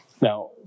Now